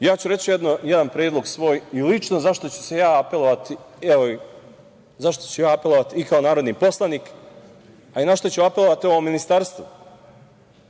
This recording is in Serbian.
ja ću reći jedan predlog svoj i lično za šta ću ja apelovati i kao narodni poslanik, ali i na šta ću apelovati ovom ministarstvu,